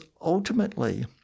ultimately